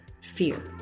Fear